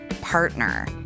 partner